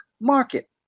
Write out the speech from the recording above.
market